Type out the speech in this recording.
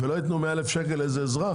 ולא ייתנו 100,000 שקל לאזרח?